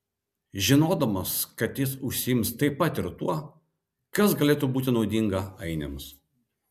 žinodamas kad jis užsiims taip pat ir tuo kas galėtų būti naudinga ainiams